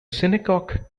shinnecock